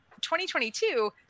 2022